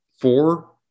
four